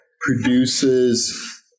produces